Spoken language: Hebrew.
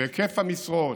בהיקף המשרות,